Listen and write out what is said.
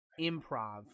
improv